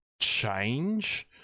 change